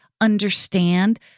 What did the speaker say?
understand